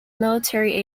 military